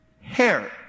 hair